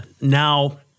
Now